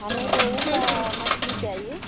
हमें रोहू का मछली चाहिए